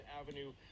avenue